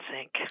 sink